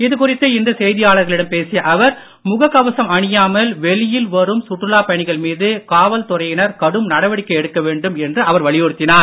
இதுகுறித்து இன்று செய்தியாளர்களிடம் பேசிய அவர் முக்கவசம் அணியாமல் வெளியில் வரும் சுற்றுலா பயணிகள் மீது காவல்துறையினர் கடும் நடவடிக்கை எடுக்க வேண்டும் என்று அவர் வலியுறுத்தினார்